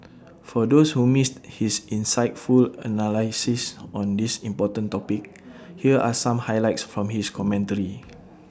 for those who missed his insightful analysis on this important topic here are some highlights from his commentary